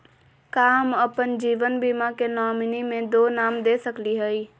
का हम अप्पन जीवन बीमा के नॉमिनी में दो नाम दे सकली हई?